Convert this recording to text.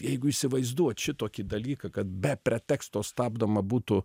jeigu įsivaizduot šitokį dalyką kad be preteksto stabdoma būtų